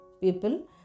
People